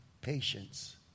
patience